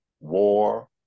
war